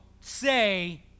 say